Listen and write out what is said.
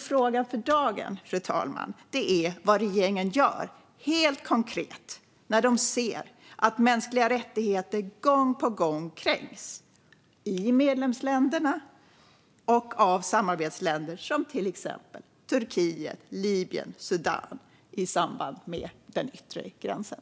Frågan för dagen, fru talman, är därför: Vad gör regeringen helt konkret när de ser att mänskliga rättigheter gång på gång kränks - i medlemsländerna och av samarbetsländer som Turkiet, Libyen och Sudan, vid den yttre gränsen?